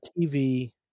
tv